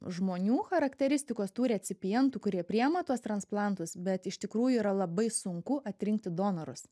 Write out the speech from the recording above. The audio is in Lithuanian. žmonių charakteristikos tų recipientų kurie priima tuos transplantus bet iš tikrųjų yra labai sunku atrinkti donorus